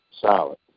solid